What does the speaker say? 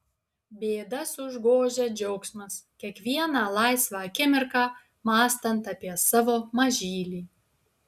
bėdas užgožia džiaugsmas kiekvieną laisvą akimirką mąstant apie savo mažylį